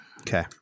Okay